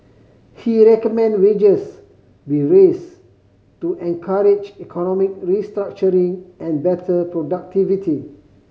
he recommended wages be raised to encourage economic restructuring and better productivity